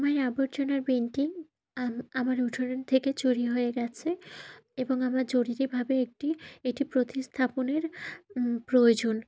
আমার আবর্জনার পেন্টিং আমার উঠন থেকে চুরি হয়ে গেছে এবং আমার জরুরিভাবে একটি এটি প্রতিস্থাপনের প্রয়োজন